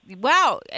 Wow